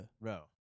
bro